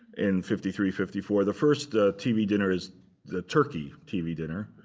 in fifty three, fifty four. the first tv dinner is the turkey tv dinner,